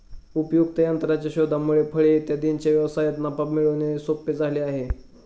उपयुक्त यंत्राच्या शोधामुळे फळे इत्यादींच्या व्यवसायात नफा मिळवणे सोपे झाले आहे